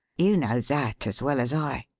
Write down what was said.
you know that as well as i.